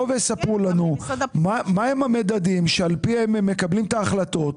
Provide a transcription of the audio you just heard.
ויספרו לנו מה הם המדדים שעל פיהם הם מקבלים את ההחלטות?